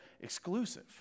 exclusive